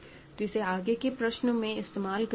तो इसे आगे के प्रश्नों में इस्तेमाल करेंगे